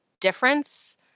difference